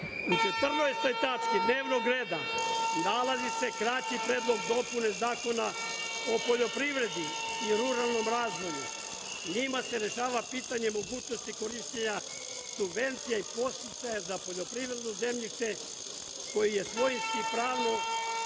Četrnaestoj tački dnevnog reda nalazi se kraći predlog dopune Zakona o poljoprivredi i ruralnom razvoju. Njime se rešava pitanje mogućnosti korišćenja subvencija i podsticaja za poljoprivredno zemljište koje je svojinski pravno